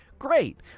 great